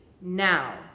now